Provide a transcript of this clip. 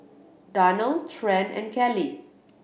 Darnell Trent and Kellie